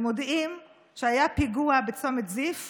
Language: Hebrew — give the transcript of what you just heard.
מודיעים שהיה פיגוע בצומת זיף